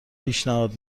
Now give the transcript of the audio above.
پیشنهاد